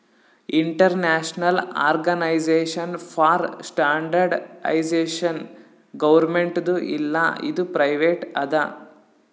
international organisation for standardisation ಗೌರ್ಮೆಂಟ್ದು ಇಲ್ಲ ಇದು ಪ್ರೈವೇಟ್ ಅದಾ